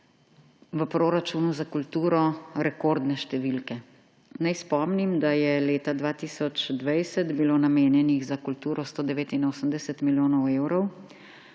v proračunu za kulturo rekordne številke. Naj spomnim, da je leta 2020 bilo namenjenih za kulturo 189 milijonov evrov,